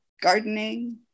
gardening